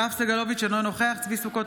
יואב סגלוביץ' אינו נוכח צבי ידידיה סוכות,